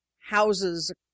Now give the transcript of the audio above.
houses